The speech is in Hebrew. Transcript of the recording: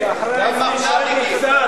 כנסת.